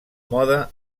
mode